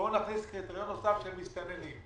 פה נכניס קריטריון נוסף של מסתננים.